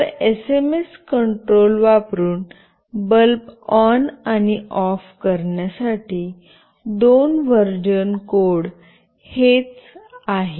तर SMS control वापरुन bulb on आणि ऑफ करण्यासाठी दोन व्हर्जन कोड हेच आहे